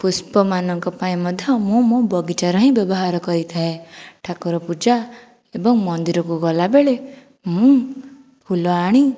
ପୁଷ୍ପମାନଙ୍କ ପାଇଁ ମଧ୍ୟ ମୁଁ ମୁଁ ବଗିଚାର ହିଁ ବ୍ୟବହାର କରିଥାଏ ଠାକୁର ପୂଜା ଏବଂ ମନ୍ଦିରକୁ ଗଲାବେଳେ ମୁଁ ଫୁଲ ଆଣି